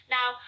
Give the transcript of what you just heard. Now